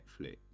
Netflix